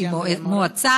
שהיא מועצה